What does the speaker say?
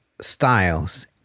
styles